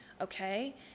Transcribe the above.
okay